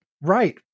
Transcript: Right